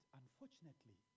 unfortunately